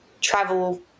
travel